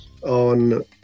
on